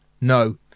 No